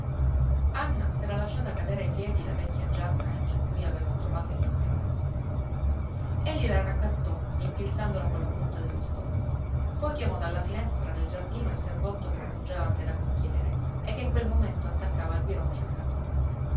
tempo anna s'era lasciata cadere ai piedi la vecchia giacca in cui aveva trovato il ritratto egli la raccattò infilzandola con la punta dello stocco poi chiamò dalla finestra nel giardino il servotto che fungeva anche da cocchiere e che in quel momento attaccava al biroccio il cavallo